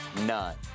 none